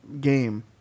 game